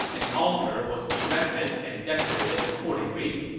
an altar was erected and decorated accordingly.